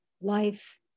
life